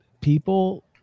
people